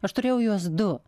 aš turėjau juos du